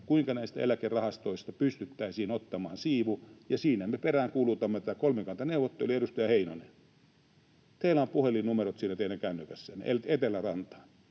kuinka näistä eläkerahastoista pystyttäisiin ottamaan siivu. Ja siinä me peräänkuulutamme tätä kolmikantaneuvottelua. Edustaja Heinonen, teillä on puhelinnumerot siinä teidän kännykässänne Etelärantaan,